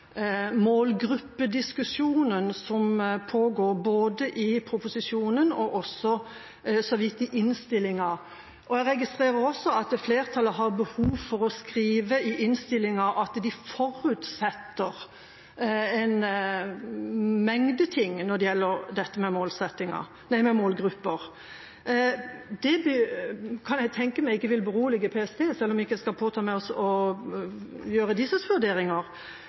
flertallet har behov for å skrive i innstillinga at de forutsetter en mengde ting når det gjelder dette med målgrupper. Det kan jeg tenke meg ikke vil berolige PST, selv om jeg ikke skal påta meg å gjøre deres vurderinger.